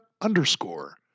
underscore